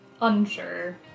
unsure